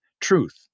truth